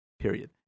Period